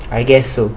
I guess so